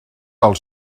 del